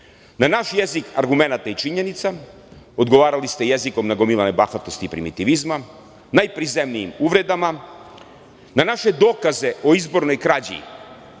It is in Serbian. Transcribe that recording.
naš jezik argumenata i činjenica, odgovarali ste jezikom nagomilane bahatosti i primitivizma, najprizemnijim uvredama. Na naše dokaze o izbornoj krađi